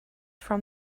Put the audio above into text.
from